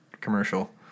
commercial